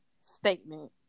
statement